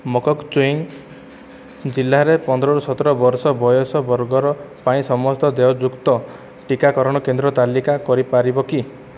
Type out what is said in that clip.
ମୋକୋକ୍ଚୁଇଙ୍ଗ୍ ଜିଲ୍ଲାରେ ପନ୍ଦରରୁ ସତର ବର୍ଷ ବୟସ ବର୍ଗର ପାଇଁ ସମସ୍ତ ଦେୟଯୁକ୍ତ ଟିକାକରଣ କେନ୍ଦ୍ର ତାଲିକା କରିପାରିବ କି